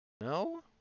No